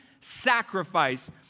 sacrifice